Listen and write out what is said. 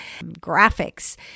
graphics